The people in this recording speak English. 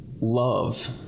love